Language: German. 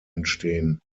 entstehen